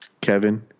Kevin